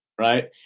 right